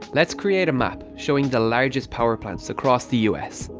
let's create a map showing the largest power plants across the us.